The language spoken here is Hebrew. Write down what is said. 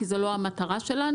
כי זו לא המטרה שלנו.